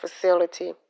facility